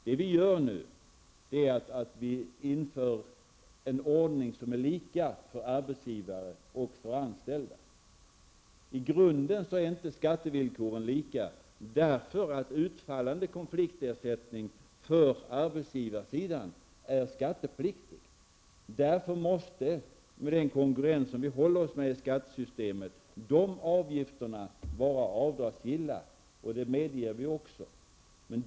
Det vi gör nu är att införa en ordning som är lika för arbetsgivare och för anställda. I grunden är inte skattevillkoren lika därför att utfallande konfliktersättning för arbetsgivarsidan är skattepliktig. Med den konkurrens vi håller oss med i skattesystemet måste därför de avgifterna vara avdragsgilla. Det medger vi också.